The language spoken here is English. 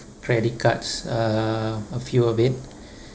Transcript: credit cards uh a few of it